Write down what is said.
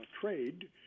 trade